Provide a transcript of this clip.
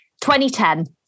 2010